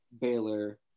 Baylor